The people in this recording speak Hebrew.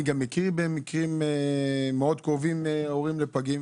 אני גם מכיר באופן קרוב הורים לפגים.